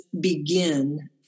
begin